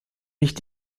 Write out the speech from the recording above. nicht